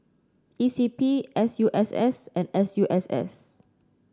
E C P S U S S and S U S S